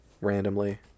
randomly